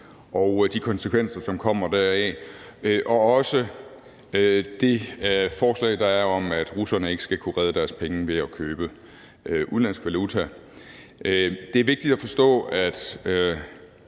og de konsekvenser, som kommer deraf – og også det forslag, der er, om, at russerne ikke skal kunne redde deres penge ved at købe udenlandsk valuta. Det er vigtigt at forstå, at